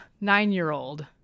nine-year-old